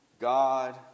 God